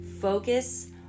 focus